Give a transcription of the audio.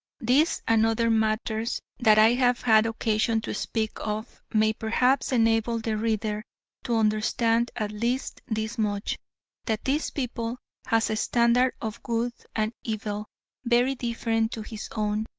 this and other matters that i have had occasion to speak of may perhaps enable the reader to understand at least this much that this people has a standard of good and evil very different to his own,